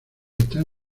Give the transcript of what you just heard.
están